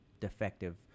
defective